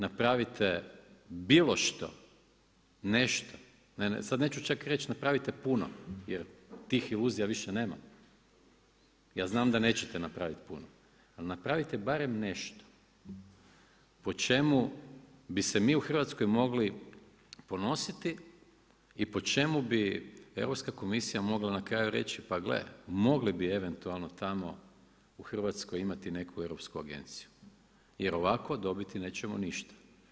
Napravite bilo što, nešto, sad neću čak reći napravite puno jer tih iluzija više nema, ja znam da neće napraviti puno, ali napravite bar nešto po čemu bi se mi u Hrvatskoj mogli ponositi i po čemu bi Europska komisija mogla reći, pa gle, mogli bi eventualno tamo u Hrvatskoj imati neku europsku agenciju jer ovako nećemo dobiti ništa.